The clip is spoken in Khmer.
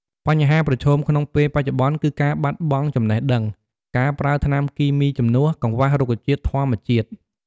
បញ្ហាប្រឈមក្នុងពេលបច្ចុប្បន្ន គឺការបាត់បង់ចំណេះដឹង, ការប្រើថ្នាំគីមីជំនួស, កង្វះរុក្ខជាតិធម្មជាតិ។